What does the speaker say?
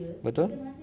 betul